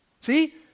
See